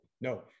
No